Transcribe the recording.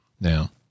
Now